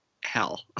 Hell